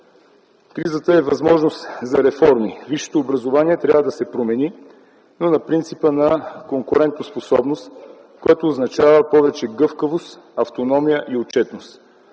Кризата е възможност за реформи. Висшето образование трябва да се промени, но на принципа на конкурентоспособност, което означава повече гъвкавост, автономия и отчетност.